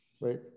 right